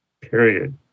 Period